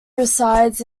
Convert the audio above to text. resides